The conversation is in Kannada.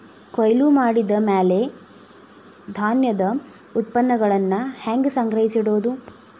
ಕೊಯ್ಲು ಮಾಡಿದ ಮ್ಯಾಲೆ ಧಾನ್ಯದ ಉತ್ಪನ್ನಗಳನ್ನ ಹ್ಯಾಂಗ್ ಸಂಗ್ರಹಿಸಿಡೋದು?